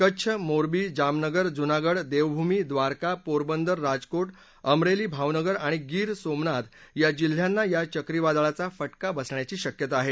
कच्छ मोरबी जामनगरजुनागड देवभूमी द्वारका पोरबंदर राजकोट अमरेली भावनगर आणि गीर सोमनाथ या जिल्ह्यांना या चक्रीवादळाचा फटका बसण्याची शक्यता आहे